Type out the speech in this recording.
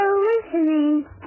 listening